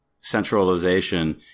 centralization